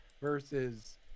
versus